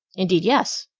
indeed, yes!